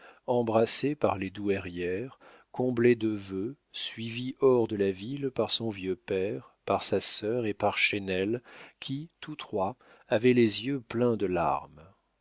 embrassé par les douairières comblé de vœux suivi hors de la ville par son vieux père par sa sœur et par chesnel qui tous trois avaient les yeux pleins de larmes